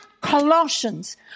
Colossians